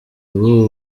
ubwo